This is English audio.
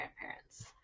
grandparents